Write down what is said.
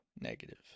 negative